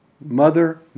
Mother